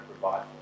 provide